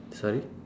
sorry